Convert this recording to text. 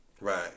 Right